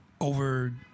Over